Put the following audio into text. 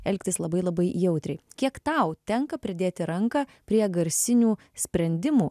elgtis labai labai jautriai kiek tau tenka pridėti ranką prie garsinių sprendimų